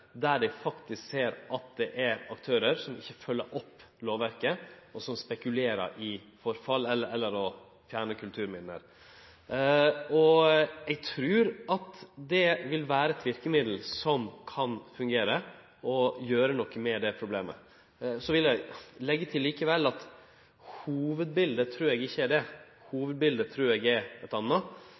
der ein ser at det faktisk er aktørar som ikkje følgjer opp lovverket, og som fjernar kulturminne. Eg trur at det vil vere eit verkemiddel som kan fungere, og som kan gjere noko med dette problemet. Så vil eg likevel leggje til at eg trur ikkje det er hovudbiletet. Eg trur hovudbiletet er eit anna,